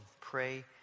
pray